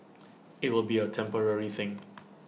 IT will be A temporary thing